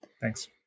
thanks